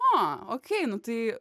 o okei nu tai